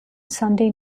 sunday